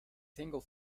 single